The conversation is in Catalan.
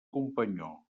companyó